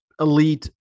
elite